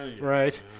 right